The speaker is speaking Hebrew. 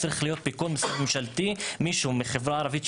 צריך להיות בכול משרד ממשלתי מישהו מהחברה הערבית,